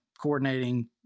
coordinating